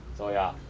so ya